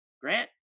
Grant